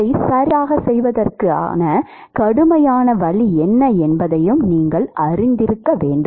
அதைச் சரியாகச் செய்வதற்கான கடுமையான வழி என்ன என்பதையும் நீங்கள் அறிந்திருக்க வேண்டும்